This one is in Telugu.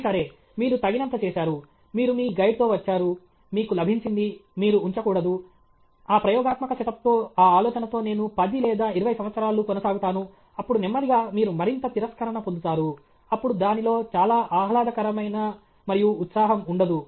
ఇది సరే మీరు తగినంత చేసారు మీరు మీ గైడ్తో వచ్చారు మీకు లభించింది మీరు ఉంచకూడదు ఆ ప్రయోగాత్మక సెటప్తో ఆ ఆలోచనతో నేను 10 లేదా 20 సంవత్సరాలు కొనసాగుతాను అప్పుడు నెమ్మదిగా మీరు మరింత తిరస్కరణ పొందుతారు అప్పుడు దానిలో చాలా ఆహ్లాదకరమైన మరియు ఉత్సాహం ఉండదు